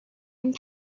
and